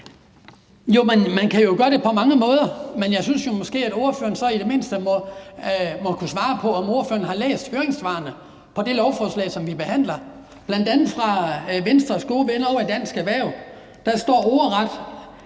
man kan jo gøre det på mange måder. Men jeg synes måske, at ordføreren så i det mindste må kunne svare på, om ordføreren har læst høringssvarene til det lovforslag, som vi behandler, bl.a. fra Venstres gode venner ovre i Dansk Erhverv. Der står ordret,